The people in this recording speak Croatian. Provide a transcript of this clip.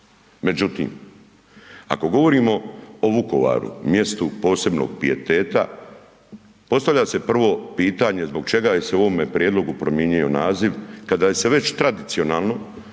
Međutim, ako govorimo o Vukovaru mjestu posebnog pijeteta postavlja se prvo pitanje zbog čega je se u ovome prijedlogu promijenio naziv kada se je već tradicionalno